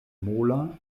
mola